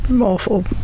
awful